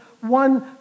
one